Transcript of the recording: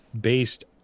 based